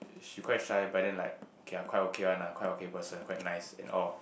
she quite shy but then like okay lah quite okay one lah quite okay person quite nice and all